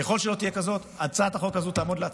ככל שלא תהיה כזאת, הצעת החוק הזו תעמוד להצבעה,